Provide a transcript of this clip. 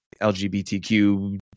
LGBTQ